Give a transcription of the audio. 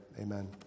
amen